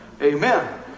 Amen